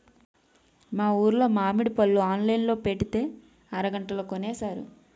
మా ఊరులో మావిడి పళ్ళు ఆన్లైన్ లో పెట్టితే అరగంటలో కొనేశారు